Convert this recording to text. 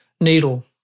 needle